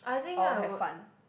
or have fun